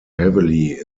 heavily